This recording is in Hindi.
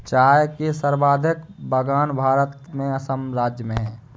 चाय के सर्वाधिक बगान भारत में असम राज्य में है